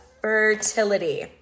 fertility